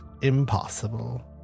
impossible